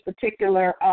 particular